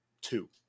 two